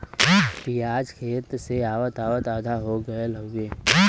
पियाज खेत से आवत आवत आधा हो गयल हउवे